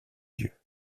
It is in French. lieux